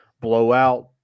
blowout